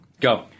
Go